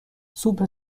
سوپ